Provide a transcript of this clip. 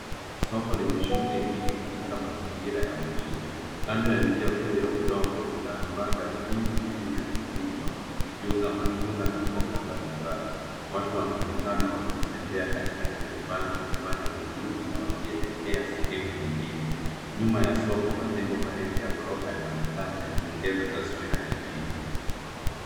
Soko lenye shughuli nyingi katika mazingira ya mjini kando ya njia kuu ya udongo kuna vibanda vingi vilivyo funikwa vikiuza matunda na mboga mbalimbali watu wanaonekana wakitembea katikati ya vibanda wakifanya ununuzi na wakielekea sehemu nyingine. Nyuma ya soko majengo marefu ya gorofa yanaonekana yakiongeza taswira ya jiji.